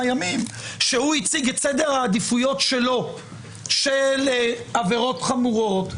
ימים כשהוא הציג את סדר העדיפויות שלו לעבירות חמורות,